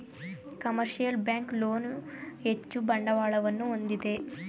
commercial bank loan ಹೆಚ್ಚು ಬಂಡವಾಳವನ್ನು ಹೊಂದಿದೆ